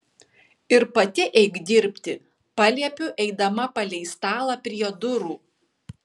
ir pati eik dirbti paliepiu eidama palei stalą prie durų